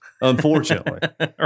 unfortunately